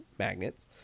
magnets